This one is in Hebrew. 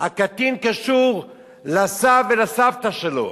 הקטין קשור לסב ולסבתא שלו,